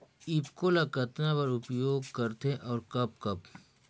ईफको ल कतना बर उपयोग करथे और कब कब?